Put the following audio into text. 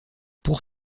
pour